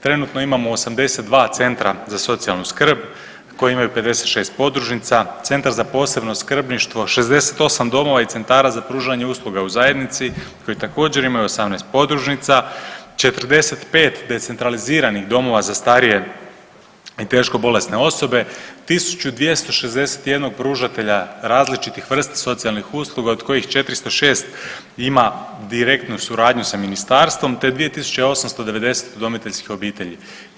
Trenutno imamo 82 centra za socijalnu skrb koji imaju 56 podružnica, centar za posebno skrbništvo, 68 domova i centara za pružanje usluga u zajednici koji također imaju 18 podružnica, 45 decentraliziranih domova za starije i teško bolesne osobe, 1261 pružatelja različitih vrsta socijalnih usluga od kojih 406 ima direktnu suradnju s ministarstvom te 2890 udomiteljskih obitelji.